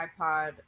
iPod